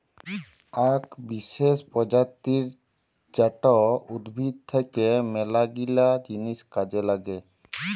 আক বিসেস প্রজাতি জাট উদ্ভিদ থাক্যে মেলাগিলা জিনিস কাজে লাগে